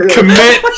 Commit